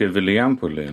kaip vilijampolėje